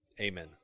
Amen